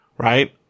Right